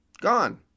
Gone